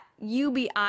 UBI